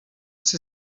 sie